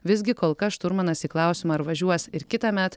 visgi kol kas šturmanas į klausimą ar važiuos ir kitąmet